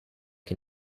chi